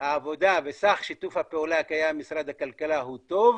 העבודה וסך שיתוף הפעולה הקיים עם משרד הכלכלה הוא טוב,